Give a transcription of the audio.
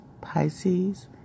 Pisces